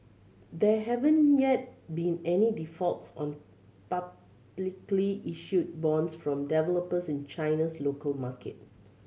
there haven't yet been any defaults on publicly issued bonds from developers in China's local market